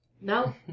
No